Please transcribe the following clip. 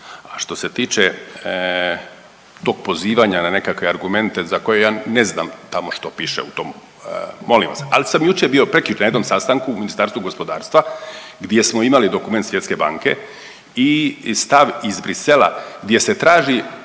što se tiče tog pozivanja na nekakve argumente za koje ja ne znam tamo što piše u tom, molim vas, ali sam bio jučer, prekjučer na jednom sastanku u Ministarstvu gospodarstva gdje smo imali dokument Svjetske banke i stav iz Brisela gdje se traži